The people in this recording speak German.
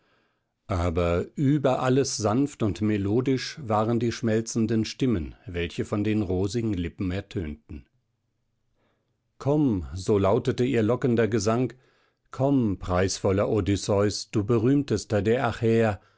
aber über alles sanft und melodisch waren die schmelzenden stimmen welche von den rosigen lippen ertönten komm so lautete ihr lockender gesang komm preisvoller odysseus du berühmtester der achäer